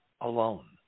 alone